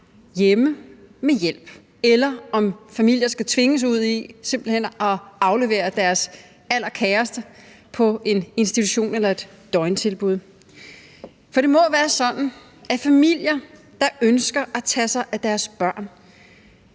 hjemme med hjælp, eller om familier simpelt hen skal tvinges ud i at aflevere deres allerkæreste på en institution eller i et døgntilbud. Familier, der ønsker at tage sig af deres børn